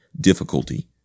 difficulty